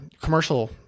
commercial